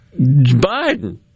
Biden